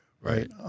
right